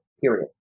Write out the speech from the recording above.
period